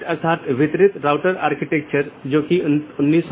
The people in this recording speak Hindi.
यह एक शब्दावली है या AS पाथ सूची की एक अवधारणा है